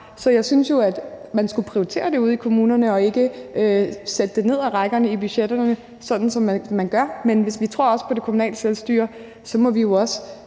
Så jeg synes jo, at man skulle prioritere det ude i kommunerne og ikke sætte det ned i rækkerne i budgetterne, sådan som man gør. Men hvis vi tror på det kommunale selvstyre, må vi jo også